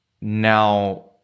now